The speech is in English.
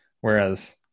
whereas